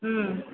ம்